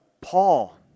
Paul